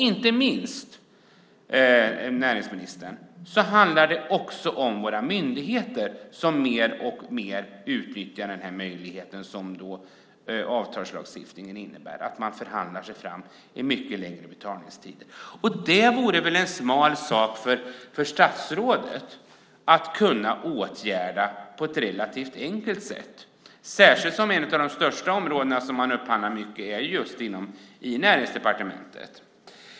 Inte minst, näringsministern, handlar det om våra myndigheter som mer och mer utnyttjar denna möjlighet som avtalslagstiftningen innebär, att man förhandlar sig fram till mycket längre betalningstider. Det vore väl en smal sak för statsrådet att åtgärda på ett relativt enkelt sätt, särskilt som ett av de största områdena där man upphandlar mycket är just inom Näringsdepartementet.